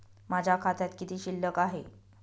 माझ्या खात्यात किती शिल्लक आहे?